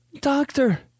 Doctor